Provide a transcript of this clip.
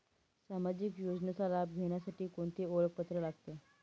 सामाजिक योजनेचा लाभ घेण्यासाठी कोणते ओळखपत्र लागते?